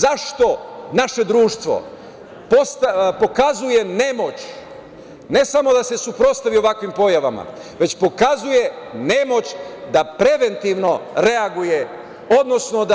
Zašto naše društvo pokazuje nemoć, ne samo da se suprotstavi ovakvim pojavama, već pokazuje nemoć da preventivno reaguje, odnosno